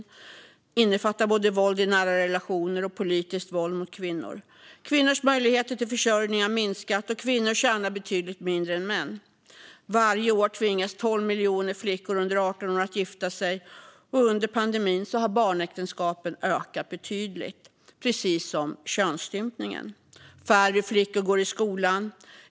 Det innefattar både våld i nära relationer och politiskt våld mot kvinnor. Kvinnors möjligheter till försörjning har minskat, och kvinnor tjänar betydligt mindre än män. Varje år tvingas 12 miljoner flickor under 18 år att gifta sig. Och under pandemin har barnäktenskapen ökat betydligt, precis som könsstympningarna. Färre flickor går i skolan.